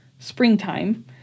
springtime